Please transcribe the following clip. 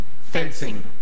Fencing